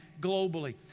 globally